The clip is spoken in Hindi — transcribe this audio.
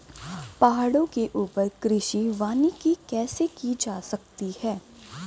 पहाड़ों के ऊपर कृषि वानिकी कैसे की जा सकती है